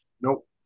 Nope